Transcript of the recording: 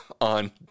on